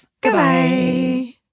Goodbye